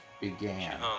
began